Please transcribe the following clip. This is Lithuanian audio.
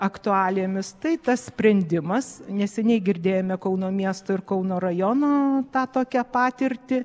aktualijomis tai tas sprendimas neseniai girdėjome kauno miesto ir kauno rajono tą tokią patirtį